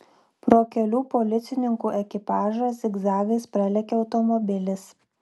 pro kelių policininkų ekipažą zigzagais pralekia automobilis